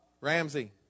Ramsey